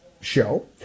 show